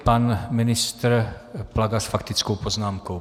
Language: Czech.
Pan ministr Plaga s faktickou poznámkou.